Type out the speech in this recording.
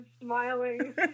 smiling